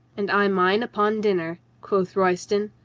and i mine upon dinner, quoth royston,